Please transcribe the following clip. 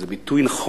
זה ביטוי נכון.